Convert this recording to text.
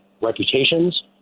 reputations